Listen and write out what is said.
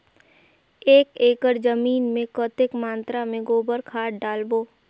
एक एकड़ जमीन मे कतेक मात्रा मे गोबर खाद डालबो?